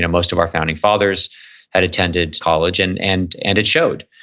ah most of our founding fathers had attended college and and and it showed.